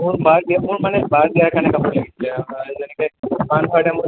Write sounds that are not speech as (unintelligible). মোৰ বাৰ বিয়াৰ মোৰ মানে বাৰ বিয়াৰ কাৰণে কাপোৰ লাগিছিল যেনেকে মান ধৰাৰ (unintelligible)